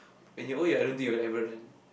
when you old ya I don't think you'll ever run